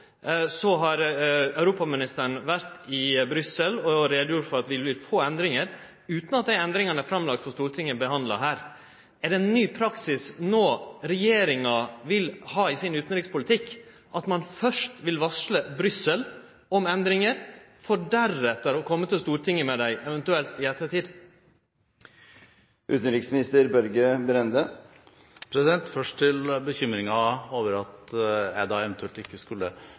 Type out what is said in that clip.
Så har europaministeren vore i Brussel og gjort greie for at vi vil få endringar, utan at dei endringane er lagde fram for Stortinget og behandla her. Er det ein ny praksis regjeringa no vil ha i utanrikspolitikken sin, at ein først vil varsle Brussel om endringar og deretter kome til Stortinget med dei – eventuelt i ettertid? Først til bekymringen over at jeg eventuelt ikke skulle